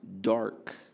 dark